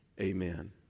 Amen